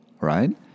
right